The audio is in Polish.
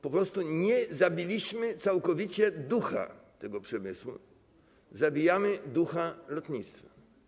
Po prostu nie zabiliśmy całkowicie ducha tego przemysłu, zabijamy ducha lotnictwa.